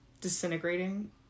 disintegrating